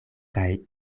kaj